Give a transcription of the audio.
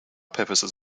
purposes